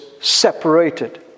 separated